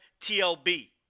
TLB